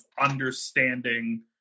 understanding